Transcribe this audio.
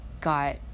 got